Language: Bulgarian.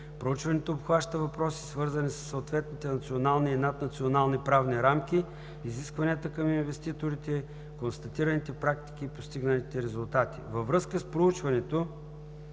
Проучването обхваща въпроси, свързани със съответните национални и наднационални правни рамки, изискванията към инвеститорите, констатираните практики и постигнатите резултати. Във връзка с проучването